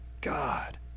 God